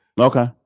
Okay